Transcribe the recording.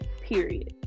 period